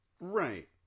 Right